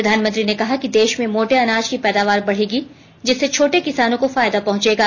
प्रधानमंत्री ने कहा कि देश में मोटे अनाज की पैदावार बढ़ेगी जिससे छोटे किसानों को फायदा पहंचेगा